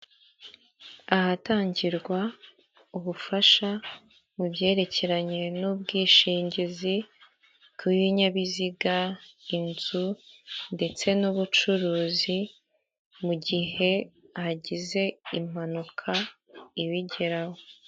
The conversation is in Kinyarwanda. Ahatangirwa ubufasha mu byerekeranye n'ubwishingizi bw'ibinyabiziga inzu ndetse n'ubucuruzi mu gihe hagize impanuka ibigeraho.